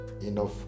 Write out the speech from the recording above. enough